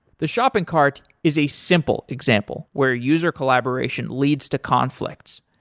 the shopping cart is a simple example, where a user collaboration leads to conflict.